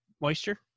moisture